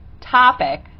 topic